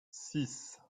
six